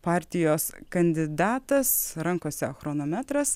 partijos kandidatas rankose chronometras